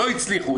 לא הצליחו.